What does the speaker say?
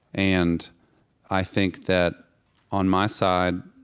and i think that on my side,